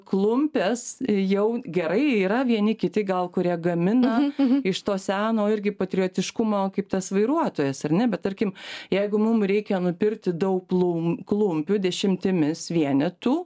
klumpes jau gerai yra vieni kiti gal kurie gamina iš to seno irgi patriotiškumo kaip tas vairuotojas ar ne bet tarkim jeigu mum reikia nupirkti daug klum klumpių dešimtimis vienetų